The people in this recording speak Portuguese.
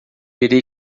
irei